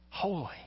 holy